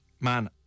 man